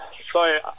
Sorry